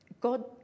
God